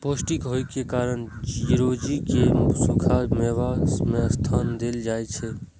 पौष्टिक होइ के कारण चिरौंजी कें सूखा मेवा मे स्थान देल जाइ छै